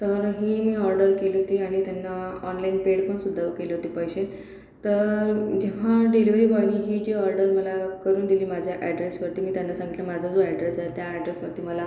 तर ही मी ऑर्डर केली होती आणि त्यांना ऑनलाईन पेड पण सुद्धा केले होते पैसे तर जेव्हा डिलेवरी बॉयनी ही जी ऑर्डर मला करून दिली माझ्या अॅड्रेसवरती मी त्यांना सांगितलं माझा जो अॅड्रेस आहे त्या अॅड्रेसवरती मला